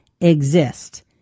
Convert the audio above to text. exist